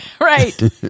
Right